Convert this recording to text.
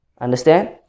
Understand